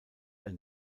ein